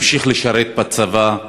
נמשיך לשרת בצבא,